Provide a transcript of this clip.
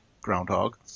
groundhog